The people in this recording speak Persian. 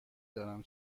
دانم